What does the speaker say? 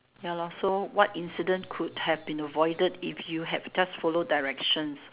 ya lah so what incident could have been avoided if you have just followed directions